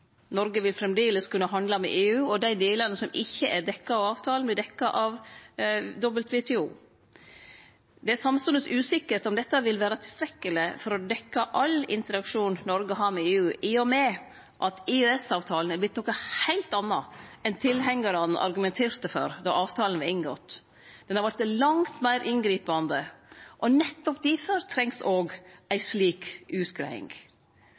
Noreg vil framleis kunne handle med EU, og dei delane som ikkje er dekte av avtalen, vert dekte av WTO. Det er samstundes usikkert om dette vil vere tilstrekkeleg for å dekkje all interaksjon Noreg har med EU, i og med at EØS-avtalen har vorte noko heilt anna enn tilhengjarane argumenterte for då avtalen vart inngått. Den har vorte langt meir inngripande, og nettopp difor trengst òg ei slik utgreiing.